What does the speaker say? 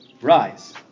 rise